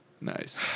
Nice